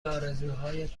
آرزوهایت